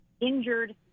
injured